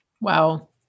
wow